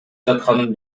жатканын